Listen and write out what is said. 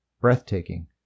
breathtaking